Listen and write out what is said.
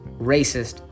racist